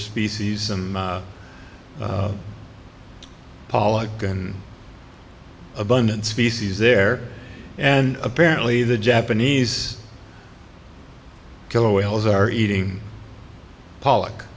species some polock and abundant species there and apparently the japanese killer whales are eating pollock